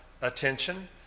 attention